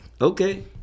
Okay